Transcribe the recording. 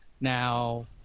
now